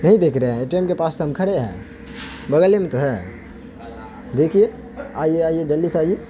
نہیں دکھ رہے اے ٹی ایم کے پاس تو ہم کھڑے ہیں بغل ہی میں تو ہے دیکھیے آئیے آئیے جلدی سے آئیے